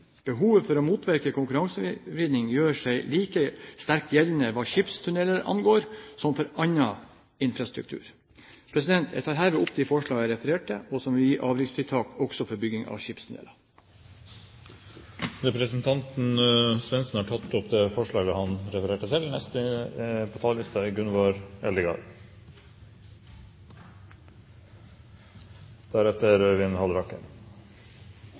Behovet for å motvirke konkurransevridning gjør seg like sterkt gjeldende hva skipstunneler angår, som for annen infrastruktur. Jeg tar herved opp det forslaget jeg har referert til, og som vil gi avgiftsfritak også for bygging av skipstunneler. Representanten Kenneth Svendsen har tatt opp det forslaget han refererte til.